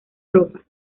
ropa